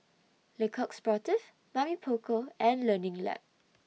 Le Coq Sportif Mamy Poko and Learning Lab